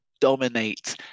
dominate